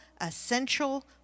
essential